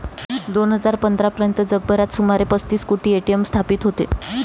दोन हजार पंधरा पर्यंत जगभरात सुमारे पस्तीस कोटी ए.टी.एम स्थापित होते